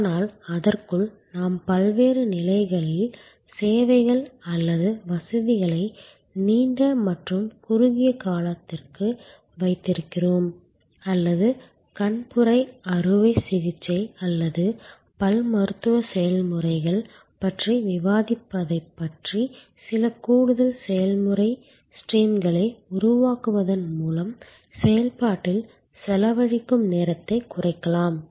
ஆனால் அதற்குள் நாம் பல்வேறு நிலைகளில் சேவைகள் அல்லது வசதிகளை நீண்ட மற்றும் குறுகிய காலத்திற்கு வைத்திருக்கிறோம் அல்லது கண்புரை அறுவை சிகிச்சை அல்லது பல்மருத்துவ செயல்முறைகள் பற்றி விவாதித்தபடி சில கூடுதல் செயல்முறை ஸ்ட்ரீம்களை உருவாக்குவதன் மூலம் செயல்பாட்டில் செலவழிக்கும் நேரத்தை குறைக்கலாம்